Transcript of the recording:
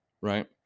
right